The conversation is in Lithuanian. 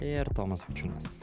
ir tomas vaičiūnas